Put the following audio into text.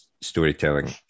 storytelling